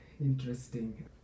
interesting